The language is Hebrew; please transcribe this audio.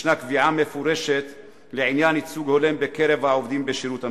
ישנה קביעה מפורשת לעניין ייצוג הולם בקרב העובדים בשירות המדינה.